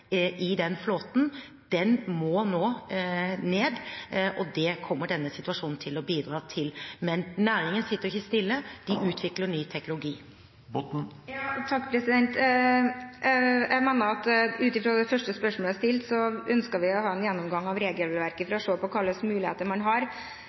i flåten. Den må nå ned, og det kommer denne situasjonen til å bidra til. Men næringen sitter ikke stille, den utvikler ny teknologi. Som det framgår av det første spørsmålet jeg stilte, ønsker vi å ha en gjennomgang av regelverket for å se på hva slags muligheter man har